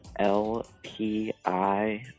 LPI